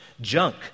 junk